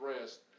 rest